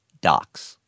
docs